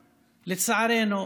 לצערנו,